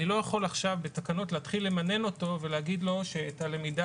אני לא יכול עכשיו בתקנות להתחיל למנן אותו ולהגיד לו שאת הלמידה